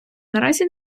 наразі